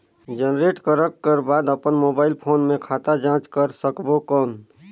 Generate करक कर बाद अपन मोबाइल फोन मे खाता जांच कर सकबो कौन?